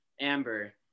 Amber